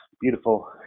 beautiful